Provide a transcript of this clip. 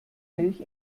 milch